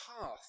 path